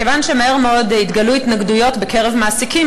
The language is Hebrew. כיוון שמהר מאוד התגלו התנגדויות בקרב מעסיקים,